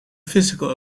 physical